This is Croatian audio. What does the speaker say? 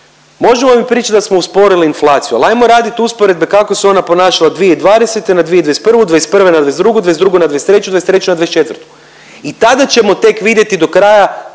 Možemo mi pričati da smo usporili inflaciju, ali ajmo radit usporedbe kako se ona ponašala 2020. na '21., '21. na '22., '22. na '23., '23. na '24. i tada ćemo tek vidjeti do kraja